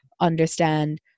understand